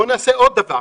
אז בואו נעשה עוד דבר: